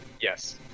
Yes